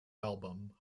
album